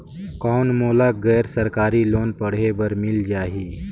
कौन मोला गैर सरकारी लोन पढ़े बर मिल जाहि?